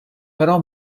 però